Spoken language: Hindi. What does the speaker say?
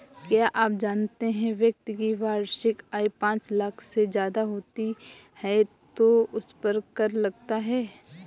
क्या आप जानते है व्यक्ति की वार्षिक आय पांच लाख से ज़्यादा होती है तो उसपर कर लगता है?